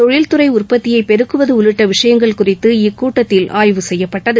தொழில்துறை உற்பத்தியை பெருக்குவது உள்ளிட்ட விஷயங்கள் குறித்து இக்கூட்டத்தில் ஆய்வு செய்யப்பட்டது